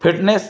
fitness